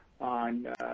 on